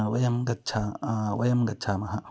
वयं गच्छामः वयं गच्छामः